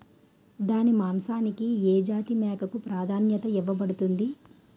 దాని మాంసానికి ఏ జాతి మేకకు ప్రాధాన్యత ఇవ్వబడుతుంది?